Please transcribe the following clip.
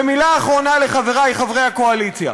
ומילה אחרונה לחברי חברי הקואליציה: